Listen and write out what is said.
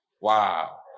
Wow